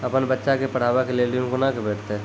अपन बच्चा के पढाबै के लेल ऋण कुना भेंटते?